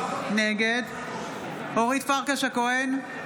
נגד אורית פרקש הכהן,